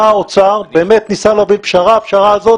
בא האוצר וניסה להוביל פשרה אבל הפשרה הזאת